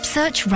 Search